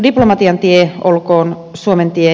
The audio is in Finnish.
diplomatian tie olkoon suomen tie